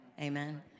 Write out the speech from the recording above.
Amen